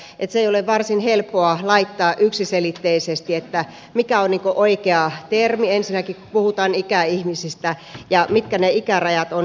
se ei ole varsin helppoa laittaa yksiselitteisesti mikä on ensinnäkin oikea termi kun puhutaan ikäihmisistä ja mitkä ne ikärajat ovat